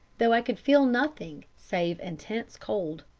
though i could feel nothing save intense cold.